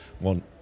want